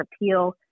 appeal